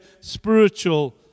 spiritual